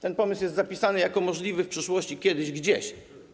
Ten pomysł jest zapisany jako możliwy w przyszłości, kiedyś, gdzieś.